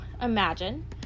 imagine